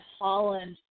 Holland